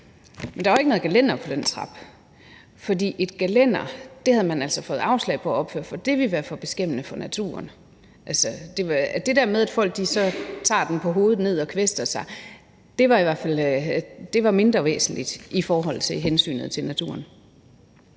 Men der var ikke noget gelænder på den trappe, for et gelænder havde man altså fået afslag på at opføre, for det ville være for beskæmmende for naturen. Det der med, at folk så tager den på hovedet ned og bliver kvæstet, var mindre væsentligt i forhold til hensynet til naturen.